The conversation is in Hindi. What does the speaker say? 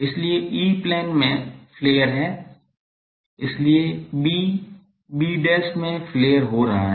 इसलिए ई प्लेन में फ्लेयर हैं इसलिए b b में फ्लेयर हो रहा है